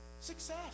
Success